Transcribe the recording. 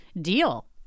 deal